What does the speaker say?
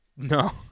no